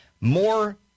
more